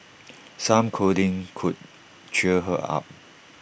some cuddling could cheer her up